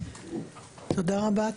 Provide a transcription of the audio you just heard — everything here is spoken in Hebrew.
תודה רבה.